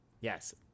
Yes